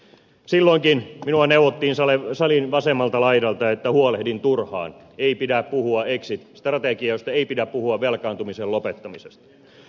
silloinkin minua neuvottiin salin vasemmalta laidalta että huolehdin turhaan ei pidä puhua exit strategioista ei pidä puhua velkaantumisen lopettamisesta